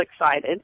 excited